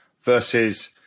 versus